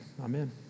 Amen